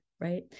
right